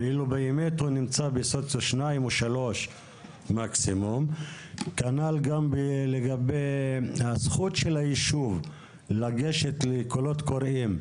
וזאת בשעה שהוא באמת נמצא מקסימום בסוציו 2 או 3. כנ"ל גם לגבי זכותו של היישוב לגשת לקולים קוראים.